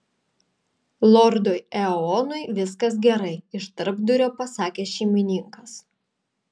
lordui eonui viskas gerai iš tarpdurio pasakė šeimininkas